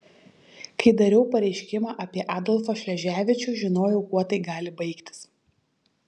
kai dariau pareiškimą apie adolfą šleževičių žinojau kuo tai gali baigtis